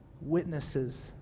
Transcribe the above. witnesses